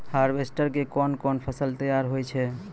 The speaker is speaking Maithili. हार्वेस्टर के कोन कोन फसल तैयार होय छै?